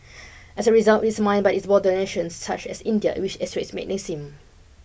as a result it's mined by its border nations such as India which extracts magnesium